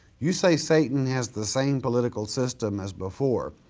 you say satan has the same political system as before,